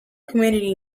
community